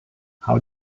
how